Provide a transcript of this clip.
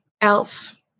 else